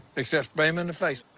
except spray him in the face.